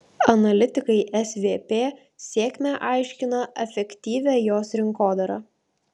analitikai svp sėkmę aiškina efektyvia jos rinkodara